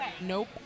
Nope